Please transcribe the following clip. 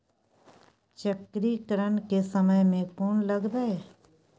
चक्रीकरन के समय में कोन लगबै?